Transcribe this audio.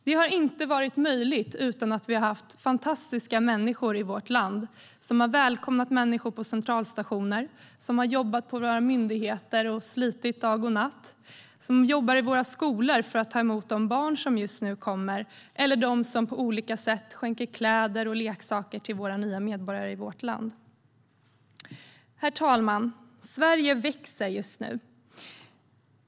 Det hade inte varit möjligt utan de fantastiska människor i vårt land som har välkomnat människor på centralstationer, som har jobbat på våra myndigheter och slitit dag och natt, som jobbar i våra skolor för att ta emot de barn som kommer, som skänker kläder och leksaker till våra nya medborgare. Herr talman! Sverige växer just nu.